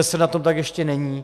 ŘSD na tom tak ještě není.